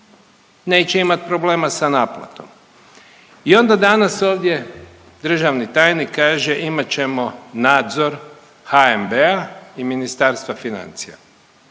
neće imati problema sa naplatom. I onda danas ovdje državni tajnik kaže imat ćemo nadzor HNB-a i Ministarstva financija.